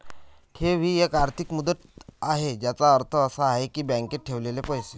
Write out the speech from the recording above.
ठेव ही एक आर्थिक मुदत आहे ज्याचा अर्थ असा आहे की बँकेत ठेवलेले पैसे